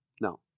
No